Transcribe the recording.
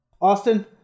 Austin